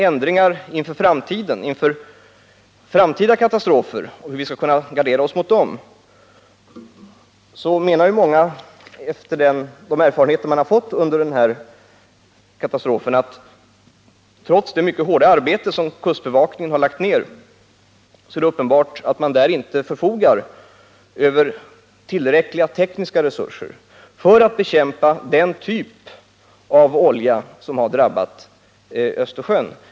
Beträffande den andra frågan — hur vi skall kunna gardera oss mot framtida katastrofer — menar många, efter de här erfarenheterna, att trots det mycket hårda arbete som kustbevakningen har lagt ned visar det sig att man uppenbarligen inte förfogar över tillräckliga tekniska resurser för att bekämpa den typ av olja som har drabbat Östersjön.